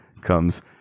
comes